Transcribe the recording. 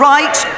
Right